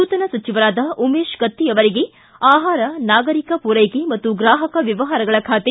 ನೂತನ ಸಚಿವರಾದ ಉಮೇಶ್ ಕತ್ತಿ ಅವರಿಗೆ ಆಹಾರ ನಾಗರಿಕ ಪೂರೈಕೆ ಮತ್ತು ಗ್ರಾಹಕ ವ್ಯವಹಾರಗಳ ಖಾತೆ